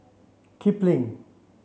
Kipling